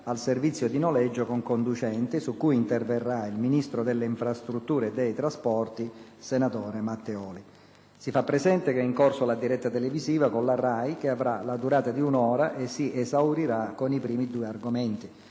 del servizio di noleggio con conducente, cui risponderà il ministro delle infrastrutture e dei trasporti, senatore Matteoli. Si fa presente che è in corso la diretta televisiva della RAI, che avrà la durata di un'ora e si esaurirà con i primi due argomenti.